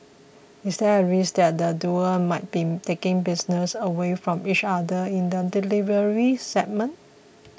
is there a risk that the duo might be taking business away from each other in the delivery segment